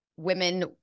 Women